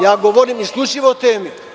Ja govorim isključivo o temi.